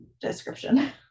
description